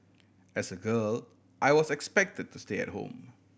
as a girl I was expected to stay at home